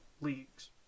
leagues